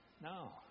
No